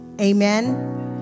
Amen